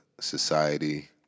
society